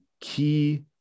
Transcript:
key